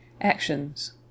Actions